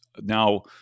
now